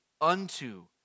unto